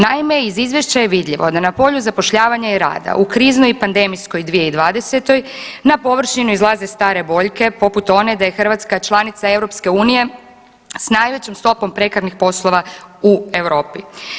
Naime, iz izvješća je vidljivo da na polju zapošljavanja i rada u kriznoj i pandemijskom 2020. na površinu izlaze stare boljke poput one da je Hrvatska članica EU s najvećom stopom prekarnih poslova u Europi.